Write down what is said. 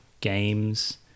games